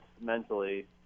mentally